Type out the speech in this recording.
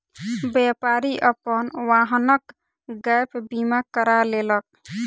व्यापारी अपन वाहनक गैप बीमा करा लेलक